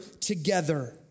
together